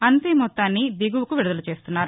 అంతే మొత్తాన్ని దిగువకు విడుదల చేస్తున్నారు